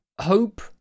hope